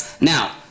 Now